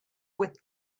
with